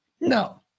No